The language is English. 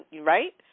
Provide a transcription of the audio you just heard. Right